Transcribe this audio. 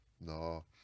No